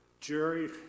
Jerry